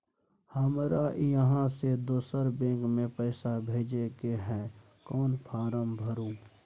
हमरा इहाँ से दोसर बैंक में पैसा भेजय के है, कोन फारम भरू?